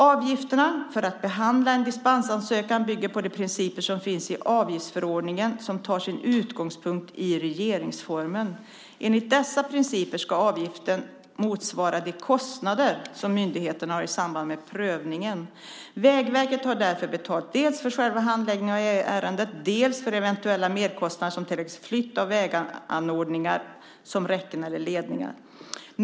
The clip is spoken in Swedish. Avgifterna för att behandla en dispensansökan bygger på de principer som finns i avgiftsförordningen som tar sin utgångspunkt i regeringsformen. Enligt dessa principer ska avgiften motsvara de kostnader som myndigheten har i samband med prövningen. Vägverket tar därför betalt dels för själva handläggningen av ärendet, dels för eventuella merkostnader som till exempel flytt av väganordningar som räcken eller ledningar.